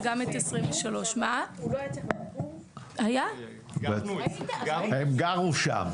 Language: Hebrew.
וגם את 2023. --- הם גרו שם.